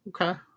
Okay